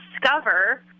discover